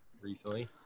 recently